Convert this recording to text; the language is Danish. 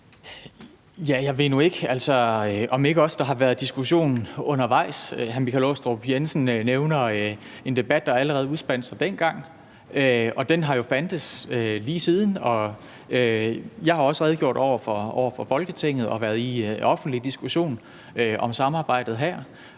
Jeg ved nu ikke, om ikke også der har været diskussion undervejs. Hr. Michael Aastrup Jensen nævner en debat, der allerede udspandt sig dengang, og den har jo fandtes lige siden. Jeg har også redegjort over for Folketinget og været i offentlig diskussion om samarbejdet her.